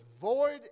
void